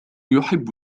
يحب